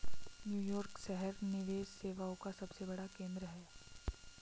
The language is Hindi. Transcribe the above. न्यूयॉर्क शहर निवेश सेवाओं का सबसे बड़ा केंद्र है